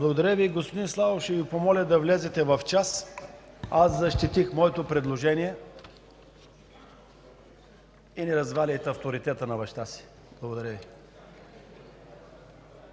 Благодаря Ви. Господин Славов, ще Ви помоля да влезете в час. Аз защитих моето предложение. Не разваляйте авторитета на баща си. Благодаря Ви.